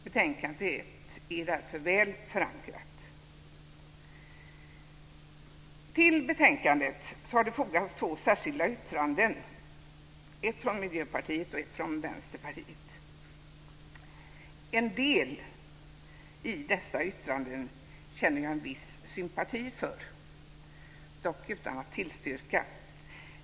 Betänkandet är därför väl förankrat. Till betänkandet har fogats två särskilda yttranden, ett från Miljöpartiet och ett från Vänsterpartiet. En del i dessa yttranden känner jag en viss sympati för, dock utan att tillstyrka.